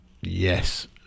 Yes